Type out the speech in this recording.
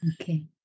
Okay